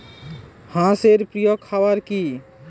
হাঁস এর প্রিয় খাবার কি?